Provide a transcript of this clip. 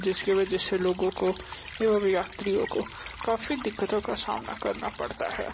जिसकी वजह से लोगों को एवं यात्रियों को काफ़ी दिक्कतों का सामना करना पड़ता है